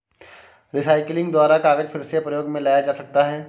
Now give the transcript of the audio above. recycling द्वारा कागज फिर से प्रयोग मे लाया जा सकता है